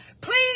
Please